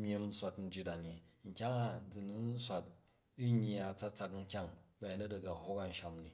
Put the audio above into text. myim swat njit a ni, nkyong a zi ni n swat n yya a̱tsatsak kyang ba̱yamyet a̱ ga hok ancham ni